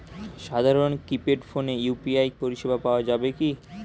সাধারণ কিপেড ফোনে ইউ.পি.আই পরিসেবা পাওয়া যাবে কিনা?